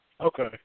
Okay